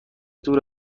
دور